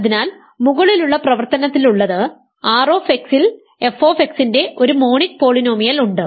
അതിനാൽ മുകളിലുള്ള പ്രവർത്തനത്തിലുള്ളത് R ൽ f ന്റെ ഒരു മോണിക് പോളിനോമിയൽ ഉണ്ട്